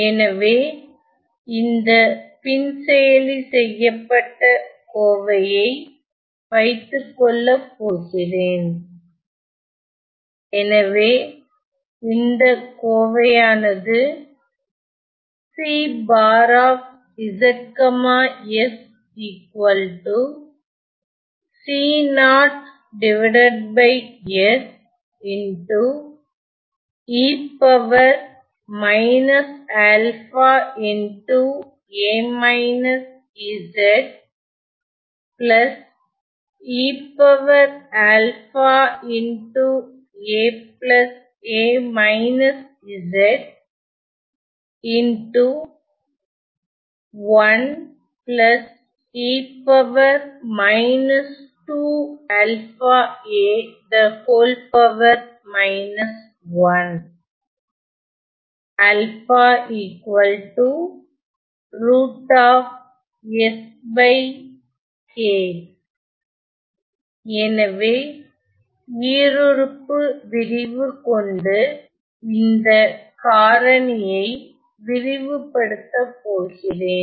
எனவே இந்த பின்செயலி செய்யப்பட்ட கோவையை வைத்துக்கொள்ள போகிறேன் எனவே இந்த கோவையானது எனவே ஈருறுப்பு விரிவு கொண்டு இந்த காரணியை விரிவுபடுத்த போகிறேன்